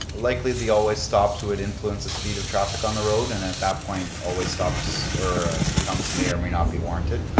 likely the all-way stops would influence the speed of traffic on the road and at that point, all-way stops or speed humps may or may not be warranted.